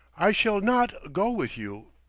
i shall not go with you,